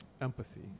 empathy